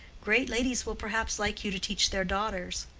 great ladies will perhaps like you to teach their daughters.